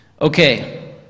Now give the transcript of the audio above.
Okay